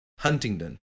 Huntingdon